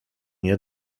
nie